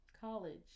college